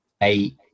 eight